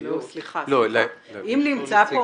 סליחה, אם נמצא פה